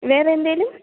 വേറെ എന്തെങ്കിലും